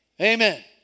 Amen